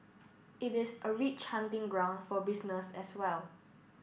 it is a rich hunting ground for business as well